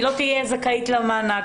היא לא תהיה זכאית למענק.